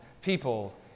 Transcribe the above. people